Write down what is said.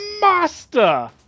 master